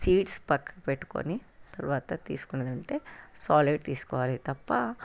seeds పక్కకు పెట్టుకొని తర్వాత తీసుకునేది ఉంటే సాలిడ్ తీసుకోవాలి తప్ప